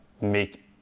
make